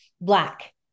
black